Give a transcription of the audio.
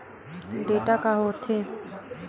Data का होथे?